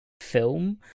film